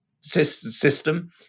system